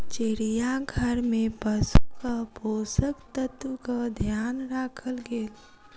चिड़ियाघर में पशुक पोषक तत्वक ध्यान राखल गेल